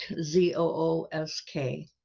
Z-O-O-S-K